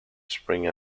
spring